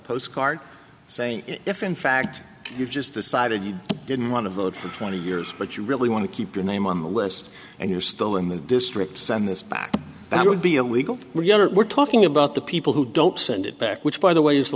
postcard saying if in fact you just decided you didn't want to vote for twenty years but you really want to keep your name on the list and you're still in the district send this back i would be illegal we're talking about the people who don't send it back which by the way i